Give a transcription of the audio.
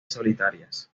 solitarias